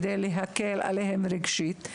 כדי להקל עליהם רגשית,